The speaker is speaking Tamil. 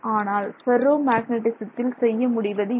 ஆனால் ஃபெர்ரோ மேக்னெட்டிசத்தில் செய்ய முடிவதில்லை